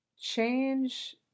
Change